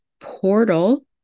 portal